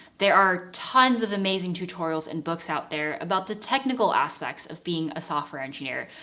there are tons of amazing tutorials and books out there about the technical aspects of being a software engineer,